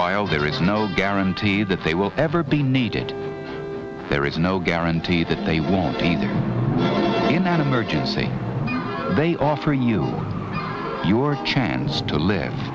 while there is no guarantee that they will ever be needed there is no guarantee that they won't be there in an emergency they offer you your chance to live